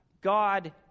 God